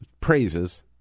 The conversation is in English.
praises